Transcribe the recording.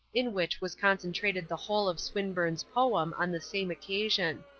in which was concentrated the whole of swinburne's poem on the same occasion.